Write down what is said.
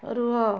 ରୁହ